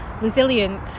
resilient